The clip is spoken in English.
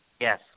Yes